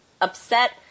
upset